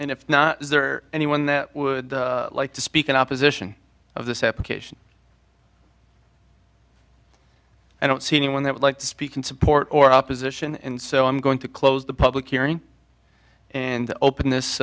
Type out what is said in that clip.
and if not is there anyone that would like to speak in opposition of this application i don't see anyone that would like to speak in support or opposition and so i'm going to close the public hearing and open